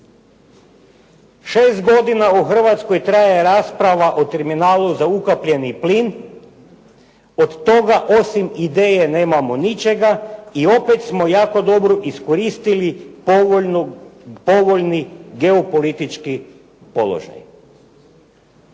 Šest godina u Hrvatskoj traje rasprava o terminalu za ukapljeni plin, od toga osim ideje nemamo ničega i opet smo jako dobro iskoristili povoljni geopolitički položaj.